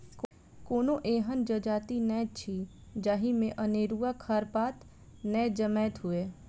कोनो एहन जजाति नै अछि जाहि मे अनेरूआ खरपात नै जनमैत हुए